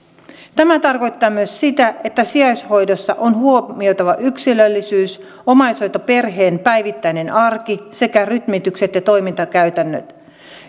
tämä tarkoittaa myös sitä että sijaishoidossa on huomioitava yksilöllisyys omaishoitoperheen päivittäinen arki sekä rytmitykset ja toimintakäytännöt